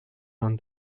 than